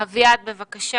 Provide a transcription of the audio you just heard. אביעד, בבקשה.